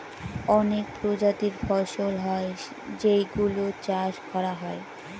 অনেক প্রজাতির ফসল হয় যেই গুলো চাষ করা হয়